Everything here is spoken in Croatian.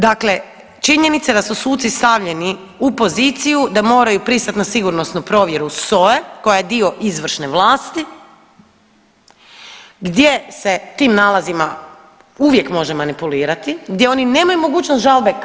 Dakle, činjenica je da su suci stavljeni u poziciju da moraju pristati na sigurnosnu provjeru SOA-e koja je dio izvršne vlasti gdje se tim nalazima uvijek može manipulirati, gdje oni nemaju mogućnost žalbe.